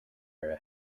uirthi